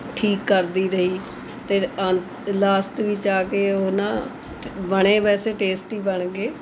ਠੀਕ ਕਰਦੀ ਰਹੀ ਅਤੇ ਅੰਤ ਲਾਸਟ ਵਿੱਚ ਆ ਕੇ ਉਹ ਨਾ ਬਣੇ ਵੈਸੇ ਟੇਸਟੀ ਬਣ ਗਏ